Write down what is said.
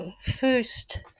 first